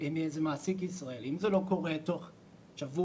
עם איזה מעסיק ישראלי וזה לא קורה בתוך שבוע-שבועיים,